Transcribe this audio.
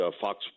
Fox